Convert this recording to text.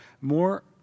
more